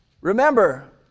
Remember